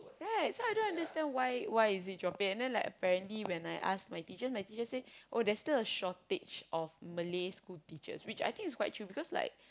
right so I don't understand why why is it dropping and then like apparently when I ask my teachers my teachers say oh there is still a shortage of Malay school teachers which I think it's quite true because like